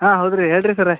ಹಾಂ ಹೌದು ರಿ ಹೇಳಿರಿ ಸರ